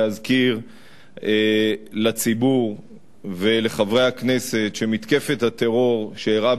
להזכיר לציבור ולחברי הכנסת שמתקפת הטרור שאירעה